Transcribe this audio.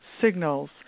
signals